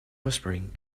whispering